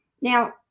Now